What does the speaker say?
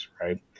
right